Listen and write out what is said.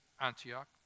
Antioch